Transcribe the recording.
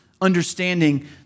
understanding